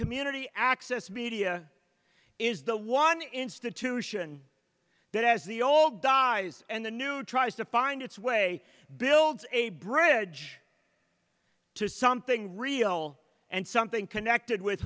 community access media is the one institution that has the old dies and the new tries to find its way builds a bridge to something real and something connected with